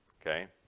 okay